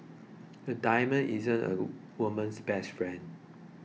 the diamond is a woman's best friend